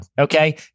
Okay